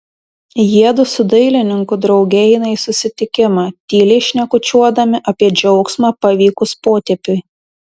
jiedu su dailininku drauge eina į susitikimą tyliai šnekučiuodami apie džiaugsmą pavykus potėpiui